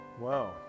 wow